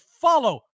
follow